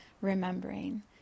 remembering